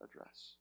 address